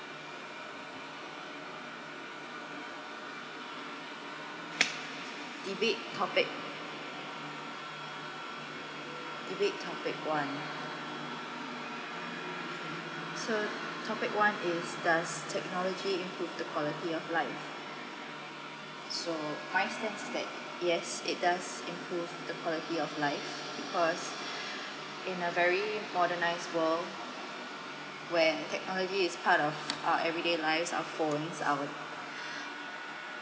debate topic debate topic one so topic one is does technology improve the quality of life so my stand is that yes it does improve the quality of life because in a very modernised world where technology is part of uh everyday life our phones our